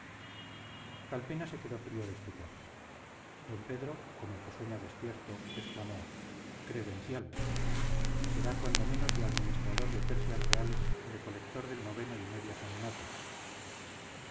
nombramiento calpena se quedó frío de estupor d pedro como el que sueña despierto exclamó credencial será cuando menos de administrador de tercias reales o de colector del noveno y medias annatas